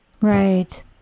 Right